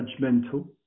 judgmental